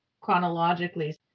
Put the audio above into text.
chronologically